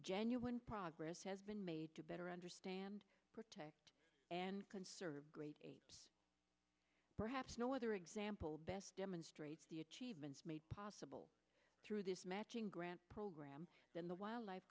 genuine progress has been made to better understand and conserve great perhaps no other example best demonstrates the achievements made possible through this matching grant program than the wildlife